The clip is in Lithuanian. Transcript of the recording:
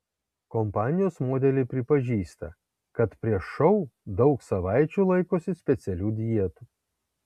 kompanijos modeliai pripažįsta kad prieš šou daug savaičių laikosi specialių dietų